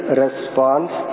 response